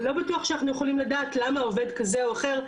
לא בטוח שאנחנו יכולים לדעת למה עובד כזה או אחר,